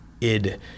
id